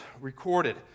recorded